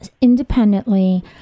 independently